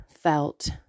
felt